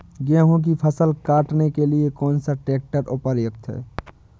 गेहूँ की फसल काटने के लिए कौन सा ट्रैक्टर उपयुक्त है?